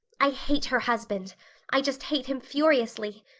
i hate her husband i just hate him furiously.